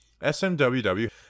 SMWW